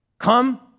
Come